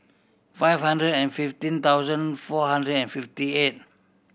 five hundred and fifteen thousand four hundred and fifty eight